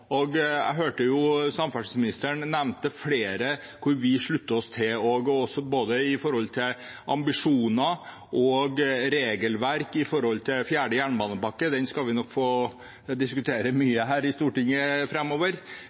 vi også slutter oss til, når det gjelder både ambisjoner og regelverk med tanke på fjerde jernbanepakke – den skal vi nok diskutere mye her i Stortinget